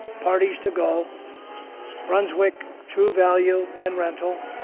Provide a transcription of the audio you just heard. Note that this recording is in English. parties-to-go, brunswick true value and rental,